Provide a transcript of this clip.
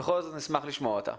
אבל בכל זאת נשמח לשמוע אותה.